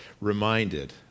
reminded